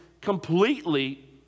completely